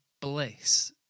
bliss